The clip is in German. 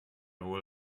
wohl